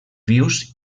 vius